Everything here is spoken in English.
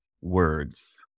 words